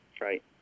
Right